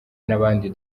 n’abandi